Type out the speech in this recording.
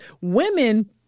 women